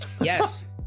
Yes